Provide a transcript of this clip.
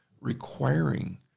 requiring